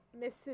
Mrs